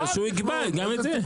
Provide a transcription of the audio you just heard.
אז שהוא יקבע גם את זה.